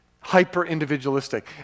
hyper-individualistic